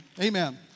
Amen